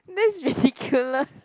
this is ridiculous